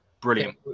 brilliant